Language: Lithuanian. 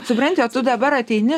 supranti o tu dabar ateini